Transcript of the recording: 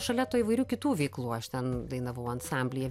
šalia tų įvairių kitų veiklų aš ten dainavau ansamblyje